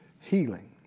healing